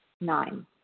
Nine